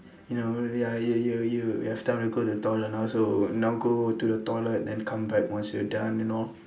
you know ya you you you you have time to go to the toilet now so now go to the toilet and come back once you're done you know